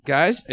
Guys